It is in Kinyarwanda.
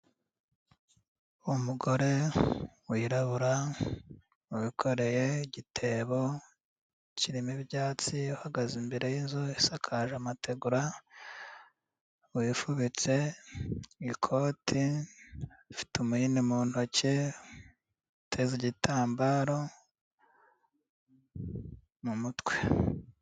Umugore wirabura ubikoreye igitebo kirimo ibyatsi uhagaze imbere y'inzu isakaje amategura wifubitse ikoti ifite umui mu ntoki uteza igitambaro mumutwe.